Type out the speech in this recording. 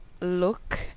look